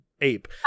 ape